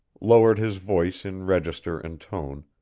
lowered his voice in register and tone,